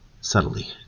Subtly